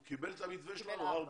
הוא קיבל את המתווה של הארבע.